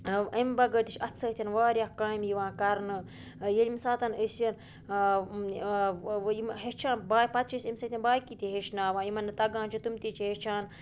اَمہِ بَغٲر تہِ چھِ اَتھٕ سۭتۍ واریاہ کامہِ یِوان کَرنہٕ ییٚمہِ ساتَن أسۍ یِم ہیٚچھان پَتہٕ چھِ أسۍ اَمہِ سۭتۍ باقٕے تہِ ہیٚچھناوان یِمَن نہٕ تَگان چھُ تِم تہِ چھِ ہیٚچھان